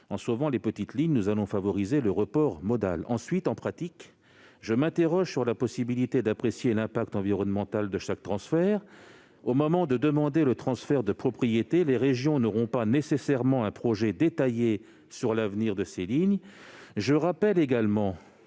En sauvant les petites lignes, nous allons favoriser le report modal. Deuxièmement, en pratique, je m'interroge sur la possibilité d'apprécier l'impact environnemental de chaque transfert. Au moment de demander le transfert de propriété, les régions n'auront pas nécessairement un projet détaillé pour l'avenir de ces lignes. Rappelons également